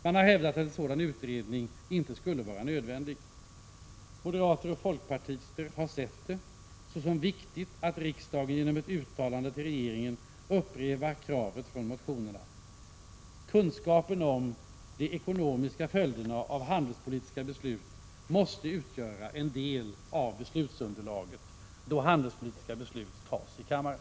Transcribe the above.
Man har hävdat att en sådan utredning inte skulle vara nödvändig. 11 december 1986 Moderater och folkpartister anser att det är viktigt att riksdagen genomet. Z——- uttalande till regeringen upprepar kravet från motionerna. Kunskaper om de ekonomiska följderna av handelspolitiska beslut måste utgöra en del av beslutsunderlaget när handelspolitiska beslut skall fattas av riksdagen.